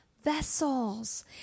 vessels